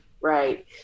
right